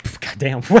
Goddamn